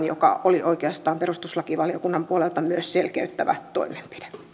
joka oli oikeastaan perustuslakivaliokunnan puolelta myös selkeyttävä